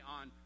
on